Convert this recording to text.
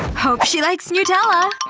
hope she likes nutella!